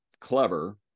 clever